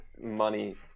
Money